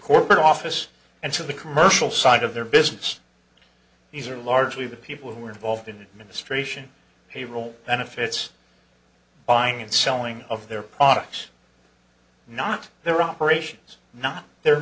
corporate office and to the commercial side of their business these are largely the people who are involved in ministration payroll benefits buying and selling of their products not their operations not the